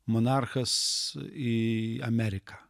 monarchas į ameriką